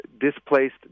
displaced